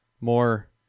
more